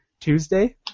Tuesday